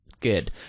good